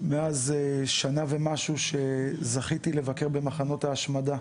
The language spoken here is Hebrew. מאז שנה ומשהו שזכיתי לבקר במחנות ההשמדה.